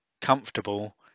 comfortable